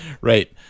Right